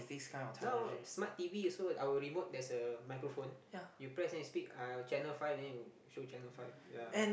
now smart t_v also our remote there's a microphone you press then you speak uh channel five then will show channel five ya